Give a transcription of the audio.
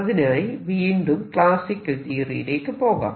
അതിനായി വീണ്ടും ക്ലാസിക്കൽ തിയറിയിലേക്ക് പോകാം